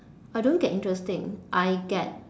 I don't get interesting I get